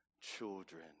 children